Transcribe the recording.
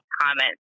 comments